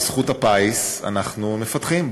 בזכות הפיס אנחנו מפתחים,